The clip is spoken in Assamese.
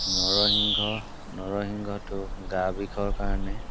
নৰসিংহ নৰসিংহটো গা বিষৰ কাৰণে